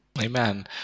amen